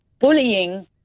bullying